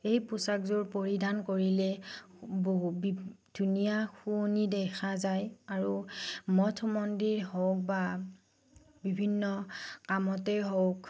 এই পোছাকযোৰ পৰিধান কৰিলে বহু বি ধুনীয়া শুৱনি দেখা যায় আৰু মঠ মন্দিৰ হওক বা বিভিন্ন কামতেই হওক